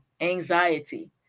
anxiety